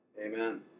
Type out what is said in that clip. Amen